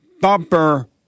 bumper